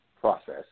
process